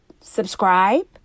subscribe